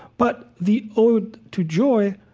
but the ode to joy,